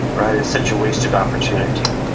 right? such a waste of opportunity,